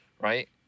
right